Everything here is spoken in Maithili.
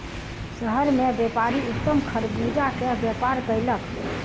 शहर मे व्यापारी उत्तम खरबूजा के व्यापार कयलक